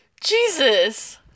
Jesus